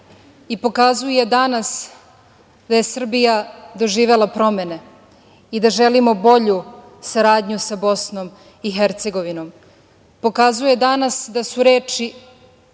i pokazuje danas da je Srbija doživela promene i da želimo bolju saradnju sa Bosnom i Hercegovinom. Pokazuje danas da su reči